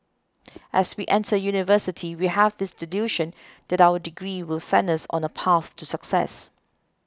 as we enter University we have this delusion that our degree will send us on a path to success